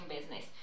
business